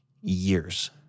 years